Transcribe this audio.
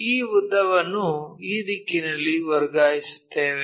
ಈ ಉದ್ದವನ್ನು ಈ ದಿಕ್ಕಿನಲ್ಲಿ ವರ್ಗಾಯಿಸುತ್ತೇವೆ